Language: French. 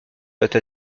hâta